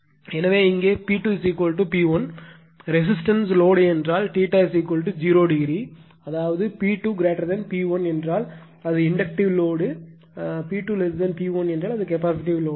எனவே இங்கே P2 P1 resistance load என்றால் 0 அதாவது P2 P1 என்றால் அது இண்டக்ட்டிவ் லோடு என்றால் P2 P1 அது கெபாசிட்டிவ் லோடு